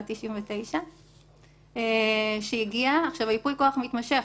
בת 99. הייפוי כוח מתמשך,